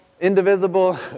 indivisible